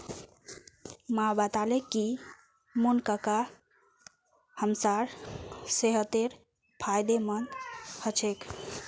माँ बताले जे मुनक्का हमसार सेहतेर फायदेमंद ह छेक